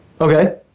Okay